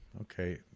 Okay